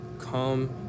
come